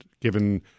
given